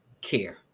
care